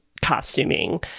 costuming